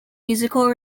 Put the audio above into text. musical